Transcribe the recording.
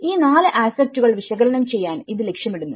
ഈ 4 ആസ്പെക്ടുകൾ വിശകലനം ചെയ്യാൻ ഇത് ലക്ഷ്യമിടുന്നു